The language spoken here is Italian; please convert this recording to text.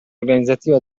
organizzativa